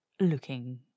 looking